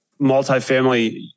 multifamily